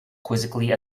quizzically